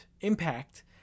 impact